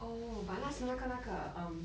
oh but 那时候那个那个 um